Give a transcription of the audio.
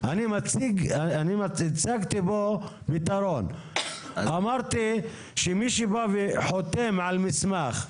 הצגתי פה פתרון, אמרתי שמי שחותם על מסמך,